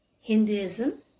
Hinduism